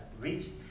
reached